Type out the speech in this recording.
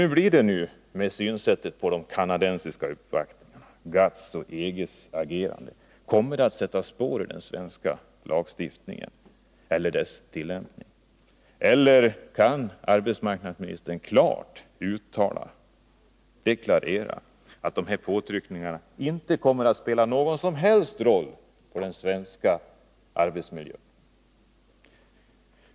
Hur är det med synsättet på de kanadensiska uppvaktningarna, på GATT:s och EG:s agerande? Kommer det att sätta spår i den svenska lagstiftningen eller dess tillämpning? Kan arbetsmarknadsministern klart deklarera att dessa påtryckningar inte kommer att spela någon som helst roll för den svenska arbetsmiljön?